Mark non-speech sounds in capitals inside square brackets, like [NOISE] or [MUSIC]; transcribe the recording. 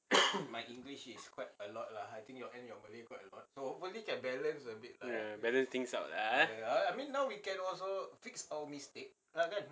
[NOISE] ya balance things out lah !huh!